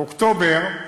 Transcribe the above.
באוקטובר,